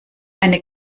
eine